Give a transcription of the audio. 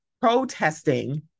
protesting